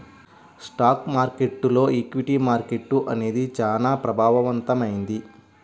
stock మార్కెట్టులో equity market అనేది చానా ప్రభావవంతమైంది